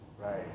Right